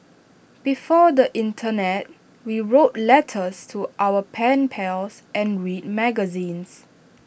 before the Internet we wrote letters to our pen pals and read magazines